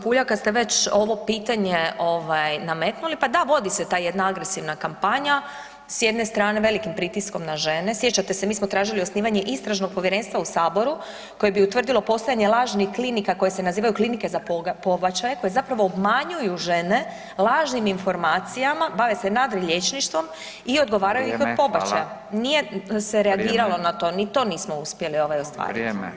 Puljak, kad ste već ovo pitanje nametnuli, pa da, vodi se ta jedna agresivna kampanja, s jedne strane velikim pritiskom na žene, sjećate se, mi smo tražili osnivanje istražnog povjerenstva u Saboru koji bi utvrdilo postojanje lažnih klinika koje se nazivaju klinike za pobačaje koje zapravo obmanjuju žene lažnim informacijama, bave se nadriliječništvom i odgovaraju ih od pobačaja [[Upadica: Vrijeme.]] nije se reagiralo na to [[Upadica: Vrijeme.]] ni to nismo uspjeli, ovaj, ostvariti.